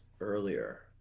earlier